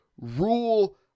rule